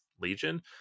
Legion